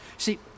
See